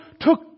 took